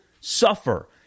suffer